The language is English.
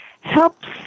helps